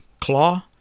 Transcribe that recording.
Claw